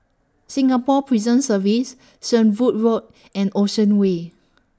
Singapore Prison Service Shenvood Road and Ocean Way